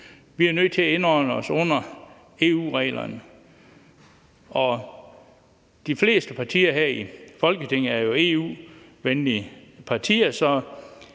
Vi er nødt til at indordne os under EU-reglerne. Og de fleste partier her i Folketinget er jo EU-venlige partier,